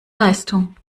leistung